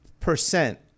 percent